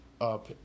up